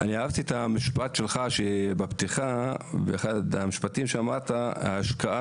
אהבתי את המשפט של היושב-ראש בפתיחה שאמרת שאת ההשקעה